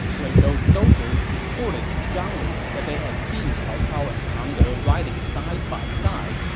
when those soldiers reported to zhang lu that they had seen cao cao and pang de riding side by side,